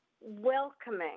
welcoming